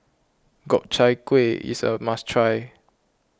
Gobchang Gui is a must try